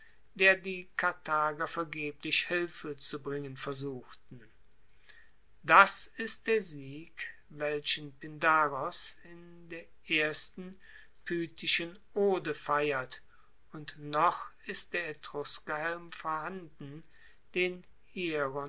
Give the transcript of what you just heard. der die karthager vergeblich hilfe zu bringen versuchten das ist der sieg welchen pindaros in der ersten pythischen ode feiert und noch ist der etruskerhelm vorhanden den hieron